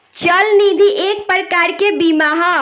चल निधि एक प्रकार के बीमा ह